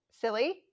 Silly